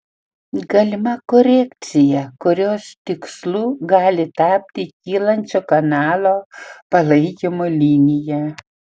galima korekcija kurios tikslu gali tapti kylančio kanalo palaikymo linija